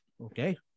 Okay